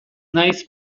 naiz